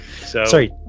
Sorry